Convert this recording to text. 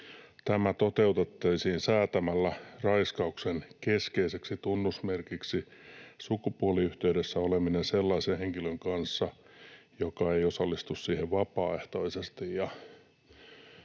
Tämä toteutettaisiin säätämällä raiskauksen keskeiseksi tunnusmerkiksi sukupuoliyhteydessä oleminen sellaisen henkilön kanssa, joka ei osallistu siihen vapaaehtoisesti.”